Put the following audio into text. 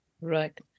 Right